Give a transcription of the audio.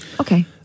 Okay